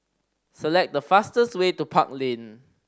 select the fastest way to Park Lane